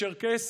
צ'רקסים,